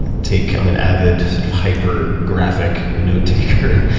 take i'm an avid sort of hyper graphic note taker.